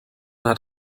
hat